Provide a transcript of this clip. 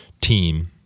team